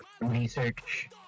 research